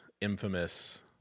infamous